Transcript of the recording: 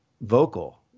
vocal